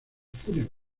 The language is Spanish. fúnebre